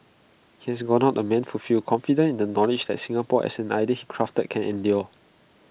he has gone out A man fulfilled confident in the knowledge that Singapore as an idea he crafted can endure